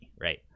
right